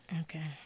Okay